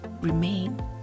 remain